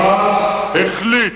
ה"חמאס" החליט